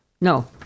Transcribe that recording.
No